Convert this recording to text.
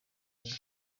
eng